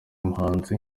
muhanzi